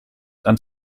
and